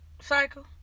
Cycle